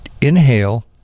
Inhale